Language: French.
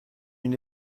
une